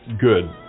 good